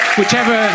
whichever